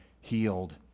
healed